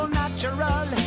natural